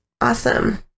Awesome